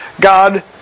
God